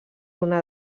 una